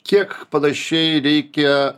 kiek panašiai reikia